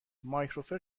مایکروفر